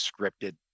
scripted